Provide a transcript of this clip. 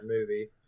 movie